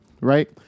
right